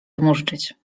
odmóżdżyć